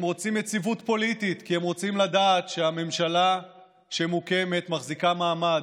הם רוצים יציבות פוליטית כי הם רוצים לדעת שהממשלה שמוקמת מחזיקה מעמד,